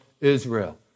Israel